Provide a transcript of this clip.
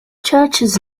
churches